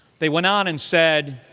they went on and said,